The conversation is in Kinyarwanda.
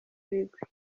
ibigwi